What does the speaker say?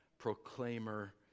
Proclaimer